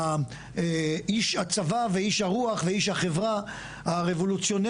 איש הצבא ואיש הרוח ואיש החברה הרבולוציונר,